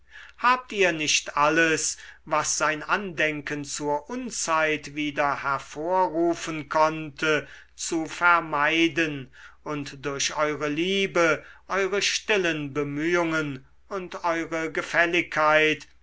habt ihr nicht alles was sein andenken zur unzeit wieder hervorrufen konnte zu vermeiden und durch eure liebe eure stillen bemühungen und eure gefälligkeit